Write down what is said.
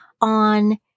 on